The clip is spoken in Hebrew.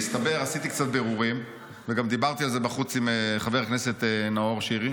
עשיתי קצת בירורים וגם דיברתי על זה בחוץ עם חבר הכנסת נאור שירי.